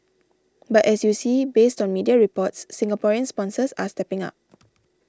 but as you see based on media reports Singaporean sponsors are stepping up